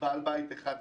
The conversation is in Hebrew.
בעל בית אחד.